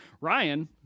Ryan